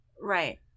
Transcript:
Right